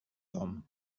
tom